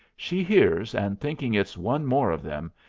she hears, and thinking it's one more of them,